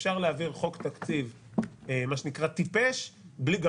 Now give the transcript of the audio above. אפשר להעביר חוק תקציב "טיפש" מה שנקרא,